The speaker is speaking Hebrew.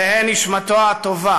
תהא נשמתו הטובה